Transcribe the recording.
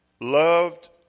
loved